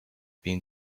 been